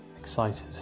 excited